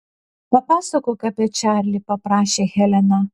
papasakok apie čarlį paprašė helena